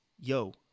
Yo